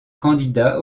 candidat